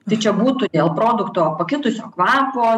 tai čia būtų dėl produkto pakitusio kvapo